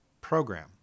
Program